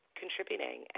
contributing